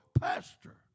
pastor